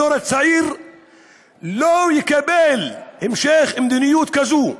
הדור הצעיר לא יקבל המשך מדיניות כזאת,